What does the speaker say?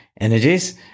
energies